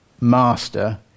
master